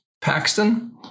Paxton